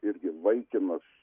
irgi laikinas